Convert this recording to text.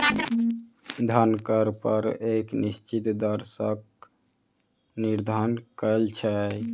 धन कर पर एक निश्चित दर सॅ कर निर्धारण कयल छै